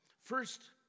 First